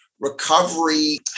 recovery